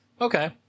Okay